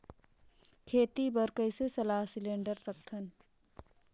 खेती बर कइसे सलाह सिलेंडर सकथन?